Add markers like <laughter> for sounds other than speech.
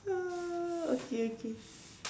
<noise> okay okay